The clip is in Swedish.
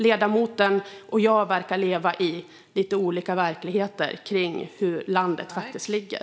Ledamoten och jag verkar leva i lite olika verkligheter när det gäller hur landet faktiskt ligger.